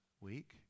week